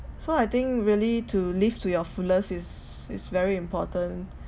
so I think really to live to your fullest is is very important